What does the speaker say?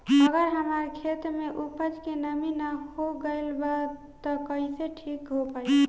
अगर हमार खेत में उपज में नमी न हो गइल बा त कइसे ठीक हो पाई?